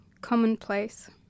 Commonplace